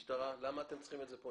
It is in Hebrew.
המשטרה, למה אתם צריכים את זה כאן?